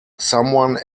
someone